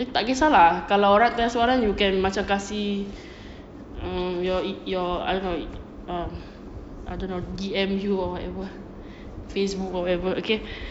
tak kisah lah kalau orang nak tanya soalan you can macam kasih mm your your I don't know um I don't know D_M you or whatever facebook whatever okay